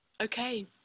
Okay